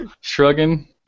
shrugging